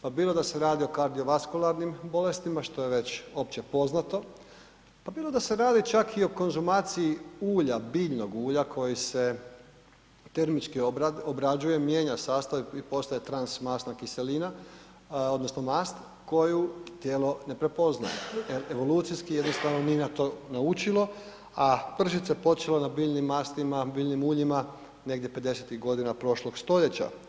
Pa bilo da se radi o kardiovaskularnim bolestima što je već općepoznato, pa bilo da se radi čak i o konzumaciji ulja, biljnog ulja koji se termički obrađuje, mijenja sastav i postaje transmasna kiselina odnosno mast koju tijelo ne prepoznaje jer evolucijski jednostavno nije na to naučilo, a pržit se počelo na biljnim mastima, biljnim uljima negdje '50.-tih godina prošlog stoljeća.